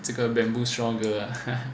这个 bamboo straw 的